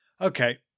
Okay